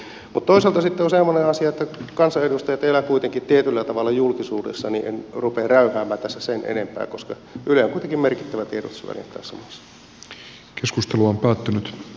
mutta toisaalta sitten on semmoinen asia että kansanedustajat elävät kuitenkin tietyllä tavalla julkisuudessa niin että en rupea räyhäämään tässä sen enempää koska yle on kuitenkin merkittävä tiedotusväline tässä maassa